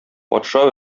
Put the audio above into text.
патша